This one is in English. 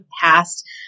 past